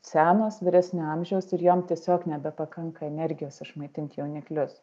senos vyresnio amžiaus ir jom tiesiog nebepakanka energijos išmaitint jauniklius